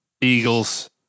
Eagles